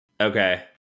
okay